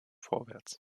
vorwärts